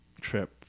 trip